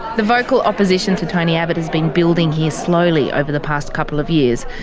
the vocal opposition to tony abbott has been building here slowly over the past couple of years.